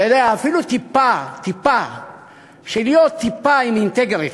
אתה יודע, אפילו טיפה, להיות טיפה עם אינטגריטי.